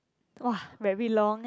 !wah! very long eh